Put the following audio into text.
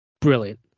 brilliant